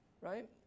right